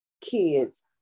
kids